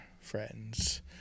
friends